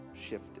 shifted